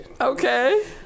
Okay